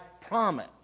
promise